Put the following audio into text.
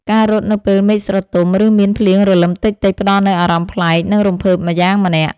ការរត់នៅពេលមេឃស្រទុំ ឬមានភ្លៀងរលឹមតិចៗ ផ្ដល់នូវអារម្មណ៍ប្លែក និងរំភើបម្យ៉ាងម្នាក់។